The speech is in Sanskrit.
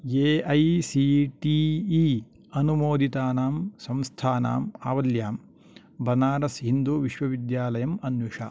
A I C T E अनुमोदितानां संस्थानाम् आवल्यां बनारस् हिन्दूविश्वविद्यालयम् अन्विष